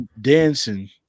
dancing